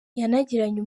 yanagiranye